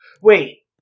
Wait